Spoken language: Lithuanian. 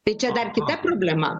tai čia dar kita problema